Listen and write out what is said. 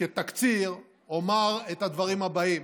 כתקציר, אומר את הדברים הבאים: